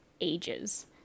ages